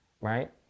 right